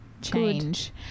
change